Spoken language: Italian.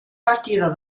partita